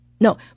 No